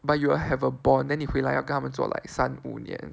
but you will have a bond then 你回来要跟他们做 like 三五年